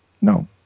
No